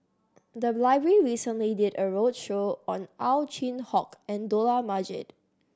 the library recently did a roadshow on Ow Chin Hock and Dollah Majid